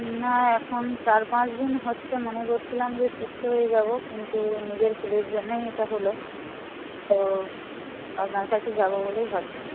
না এখন চার পাঁচদিন হচ্ছে মনে করছিলাম যে সুস্থ হয়ে যাব কিন্তু নিজের ভুলের জন্যই এটা হল তো আপনার কাছে যাব বলেই ভাবছি